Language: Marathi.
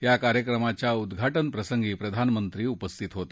या कार्यक्रमाच्या उद्घाटन प्रसंगी प्रधानमंत्री उपस्थित होते